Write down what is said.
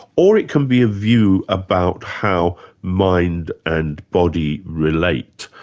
or it can be a view about how mind and body relate.